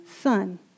son